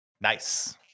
nice